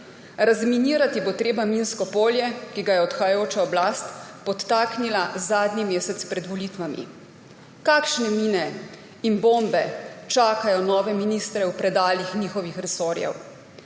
razminirati bo treba minsko polje, ki ga je odhajajoča oblast podtaknila zadnji mesec pred volitvami. Kakšne mine in bombe čakajo nove ministre v predalih njihovih resorjev?